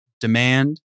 Demand